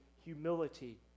humility